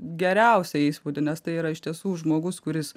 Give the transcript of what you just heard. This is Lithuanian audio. geriausią įspūdį nes tai yra iš tiesų žmogus kuris